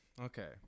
okay